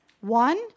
One